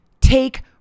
Take